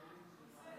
136)